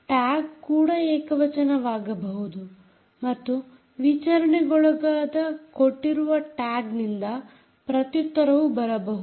tag ಕೂಡ ಏಕವಚನವಾಗಬಹುದು ಮತ್ತು ವಿಚಾರಣೆಗೊಳಗಾದ ಕೊಟ್ಟಿರುವ ಟ್ಯಾಗ್ನಿಂದ ಪ್ರತ್ಯುತ್ತರವು ಬರಬಹುದು